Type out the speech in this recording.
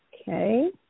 okay